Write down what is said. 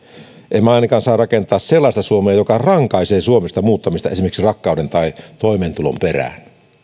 emme ainakaan saa rakentaa sellaista suomea joka rankaisee suomesta esimerkiksi rakkauden tai toimeentulon perässä